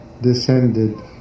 descended